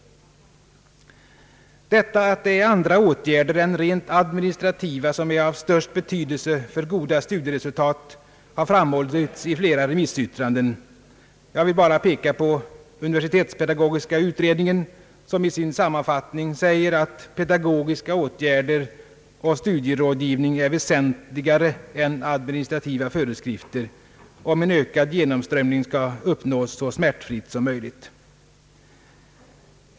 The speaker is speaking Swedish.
Att det är andra åtgärder än rent administrativa som är av största betydelse för goda studieresultat har framhållits i flera remissyttranden. Jag vill bara peka på universitetspedagogiska utredningen som i sin sammanfattning framhåller att pedagogiska åtgärder och studierådgivning är väsentligare än administrativa föreskrifter, om en ökad genomströmning skall uppnås så smärtfritt som möjligt.